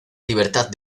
libertad